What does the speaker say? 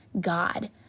God